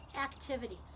activities